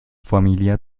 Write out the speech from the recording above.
familia